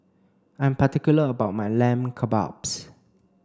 I'm particular about my Lamb Kebabs